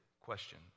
question